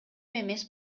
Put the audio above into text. эмес